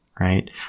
Right